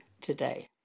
today